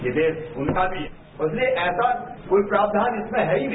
ये देश उनका भी है इसलिए ऐसा कोई प्रावधान इसमें है ही नहीं